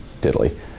diddly